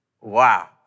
wow